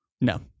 No